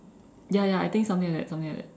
ya ya I think something like that something like that